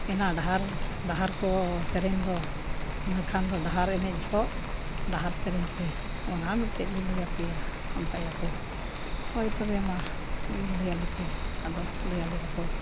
ᱮᱱᱟ ᱰᱟᱦᱟᱨ ᱰᱟᱦᱟᱨ ᱠᱚ ᱥᱮᱨᱮᱧ ᱫᱚ ᱤᱱᱟᱹ ᱠᱷᱟᱱ ᱫᱚ ᱰᱟᱦᱟᱨ ᱮᱱᱮᱡ ᱡᱚᱦᱚᱜ ᱰᱟᱦᱟᱨ ᱥᱮᱨᱮᱧ ᱯᱮ ᱚᱱᱟ ᱢᱤᱫᱴᱮᱡ ᱞᱮ ᱞᱟᱹᱭᱟᱯᱮᱭᱟ ᱚᱱᱠᱟᱭᱟᱠᱚ ᱦᱳᱭ ᱛᱚᱵᱮ ᱢᱟ ᱞᱟᱹᱭᱟᱞᱮ ᱯᱮ ᱟᱫᱚ ᱞᱟᱹᱭᱟᱞᱮᱭᱟᱠᱚ